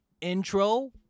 Intro